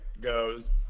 goes